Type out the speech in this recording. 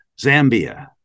zambia